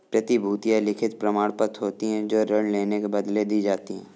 प्रतिभूतियां लिखित प्रमाणपत्र होती हैं जो ऋण लेने के बदले दी जाती है